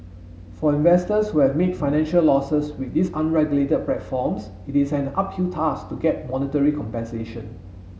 for investors who have made financial losses with these unregulated platforms it is an uphill task to get monetary compensation